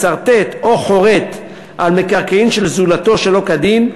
מסרטט או חורט על מקרקעין של זולתו שלא כדין,